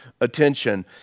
attention